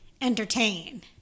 entertain